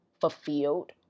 fulfilled